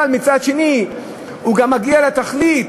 אבל מצד שני הוא גם מגיע לתכלית,